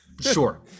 Sure